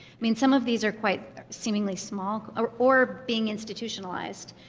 i mean some of these are quite seemingly small or or being institutionalized.